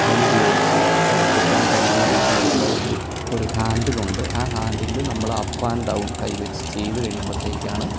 കൈ ഉപയോഗിച്ച് പ്രവർത്തിപ്പിക്കാൻ കഴിയുന്ന രീതിയിലുള്ള ഒരു ഒരു ഹാൻഡിലുണ്ട് ആ ഹാൻഡിലിൽ നമ്മൾ അപ്പ് ആൻഡ് ഡൗൺ കൈ വെച്ച് ചെയ്യുമ്പോഴത്തേക്കാണ്